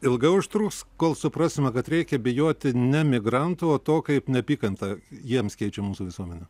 ilgai užtruks kol suprasime kad reikia bijoti ne migrantų o to kaip neapykanta jiems keičia mūsų visuomenę